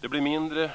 Det blir mindre